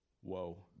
whoa